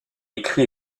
écrit